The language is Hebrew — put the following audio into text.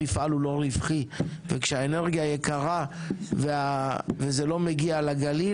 מפעל הוא לא רווחי וכשהאנרגיה יקרה וזה לא מגיע לגליל,